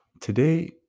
Today